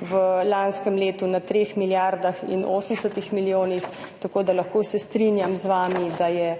v lanskem letu na 3 milijardah in 80 milijonov. Lahko se strinjam z vami, da je